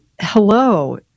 hello